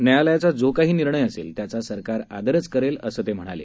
न्यायालयाचा जो काही निर्णय असेल त्याचा सरकार आदरच करेल असं ते म्हणाले